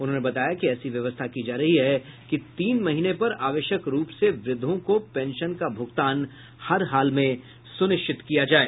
उन्होंने बताया कि ऐसी व्यवस्था की जा रही है कि तीन महीने पर आवश्यक रूप से वृद्धों को पेंशन का भूगतान हर हाल में सुनिश्चित किया जाये